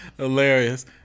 hilarious